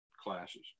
classes